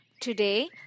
Today